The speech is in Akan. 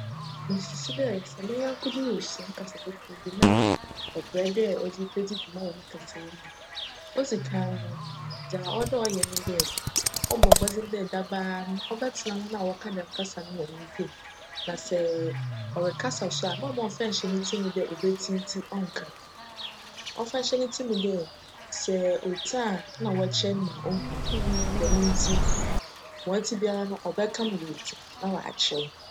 Mosusu dj sj me nyjnko bi rusua kasa fofor bi na cberj dj cdze bedzi dwuma wc ne kasaa mu a, odzi kan no dza cwc dj cyj nye dj cbc mbcdzen dj dabaa cbjtsena hcn a wcka djm kasa no hcn ntamu na sj crekasa so a mma cmmfa nnhyj ne tsir mu dj obetsi ntsi cnnka. Cmfa nhyj ne tsir mu dj sj otsi a nna wckyerj no ma ohu djm ntsi ma ctse biara cbjka ma oetsi na cakyerj no.